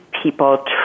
people